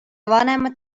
vanemat